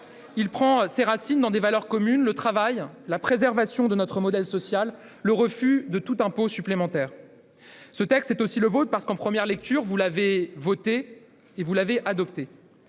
il prend ses racines dans des valeurs communes : le travail, la préservation de notre modèle social et le refus de tout impôt supplémentaire. Ce texte, c'est aussi le vôtre parce que vous l'avez voté et adopté